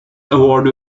award